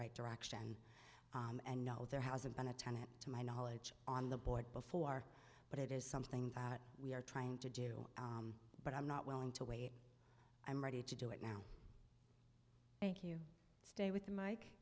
right direction and no there hasn't been a tenant to my knowledge on the board before but it is something that we are trying to do but i'm not willing to wait i'm ready to do it now thank you stay with the mike